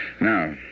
Now